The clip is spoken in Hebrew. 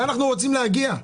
לאן אנחנו רוצים להגיע?